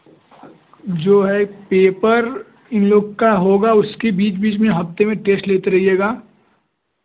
जो है पेपर इन लोग का होगा उसके बीच बीच में हफ़्ते में टेस्टे लेते रहिएगा